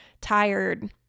tired